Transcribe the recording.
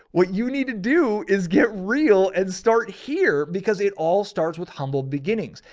what you need to do is get real and start here because it all starts with humble beginnings.